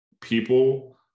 people